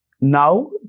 Now